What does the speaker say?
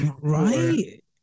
right